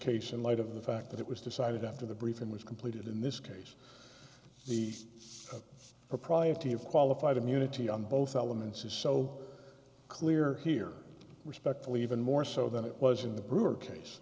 case in light of the fact that it was decided after the briefing was completed in this case the propriety of qualified immunity on both elements is so clear here respectful even more so than it was in the brewer case